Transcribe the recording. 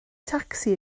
tacsi